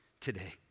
today